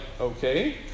okay